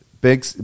Big